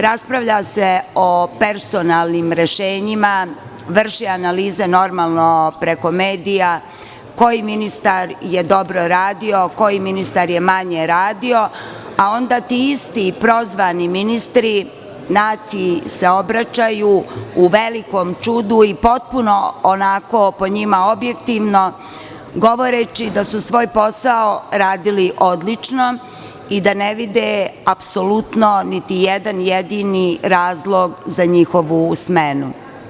Raspravlja se o personalnim rešenjima, vrši analiza, normalno preko medija, koji ministar je dobro radio, koji ministar je manje radio, a onda ti isti prozvani ministri naciji se obraćaju u velikom čudu i potpuno, onako, po njima objektivno, govoreći da su svoj posao radili odlično i da ne vide apsolutno niti jedan jedini razlog za njihovu smenu.